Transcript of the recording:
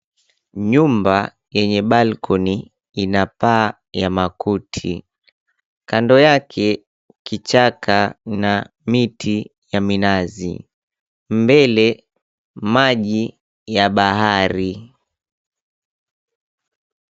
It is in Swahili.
Nyumba yenye balcony ina paa ya makuti. Kando yake kichaka na miti ya minazi, mbele maji ya bahari.